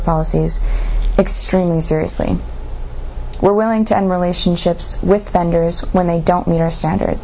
policies extremely seriously we're willing to end relationships with vendors when they don't meet our standards